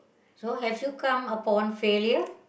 so have you come upon failure